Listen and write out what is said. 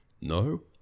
No